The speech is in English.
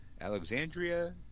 Alexandria